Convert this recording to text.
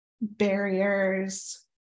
barriers